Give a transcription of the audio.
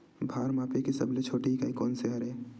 भार मापे के सबले छोटे इकाई कोन सा हरे?